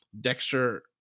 Dexter